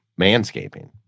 manscaping